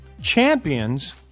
Champions